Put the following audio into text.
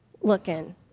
looking